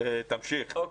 תמשיך.